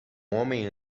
homem